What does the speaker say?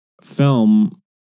film